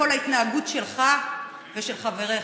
בכל ההתנהגות שלך ושל חבריך.